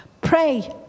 Pray